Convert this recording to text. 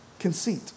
conceit